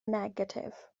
negatif